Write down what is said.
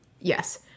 yes